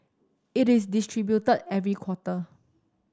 it is distributed every quarter